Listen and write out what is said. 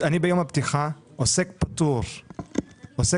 אני ביום הפתיחה עוסק פטור במע"מ,